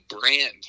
brand